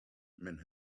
men